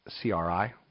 CRI